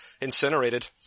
incinerated